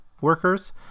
workers